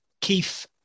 Keith